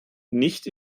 nicht